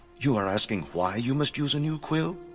you are asking why you must use a new quill?